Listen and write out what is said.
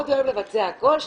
לבצע הכול.